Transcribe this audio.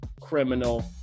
criminal